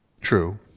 true